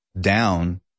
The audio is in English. down